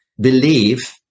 believe